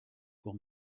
pour